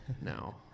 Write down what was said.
No